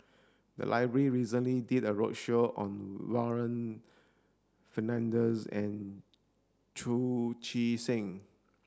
the library recently did a roadshow on Warren Fernandez and Chu Chee Seng